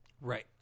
Right